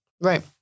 Right